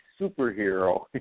superhero